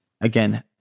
again